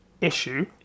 issue